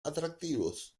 atractivos